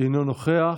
אינו נוכח.